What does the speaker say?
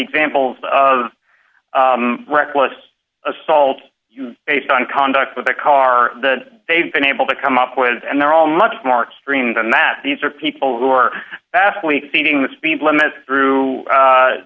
examples of reckless assault based on conduct with a car that they've been able to come up with and they're all much more extreme than that these are people who are vastly exceeding the speed limit through